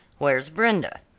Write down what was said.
where's brenda?